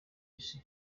isi